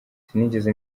sinigeze